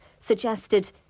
suggested